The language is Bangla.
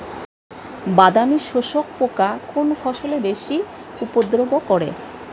বাদামি শোষক পোকা কোন ফসলে বেশি উপদ্রব করে?